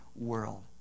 World